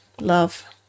love